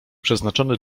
przeznaczony